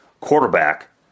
quarterback